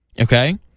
Okay